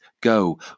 go